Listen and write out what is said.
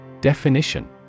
Definition